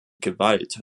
gewalt